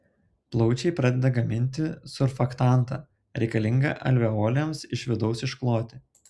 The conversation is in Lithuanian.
plaučiai pradeda gaminti surfaktantą reikalingą alveolėms iš vidaus iškloti